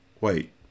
Wait